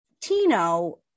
Tino